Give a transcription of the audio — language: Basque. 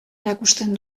erakusten